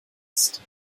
ist